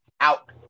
out